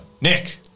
Nick